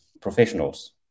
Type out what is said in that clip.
professionals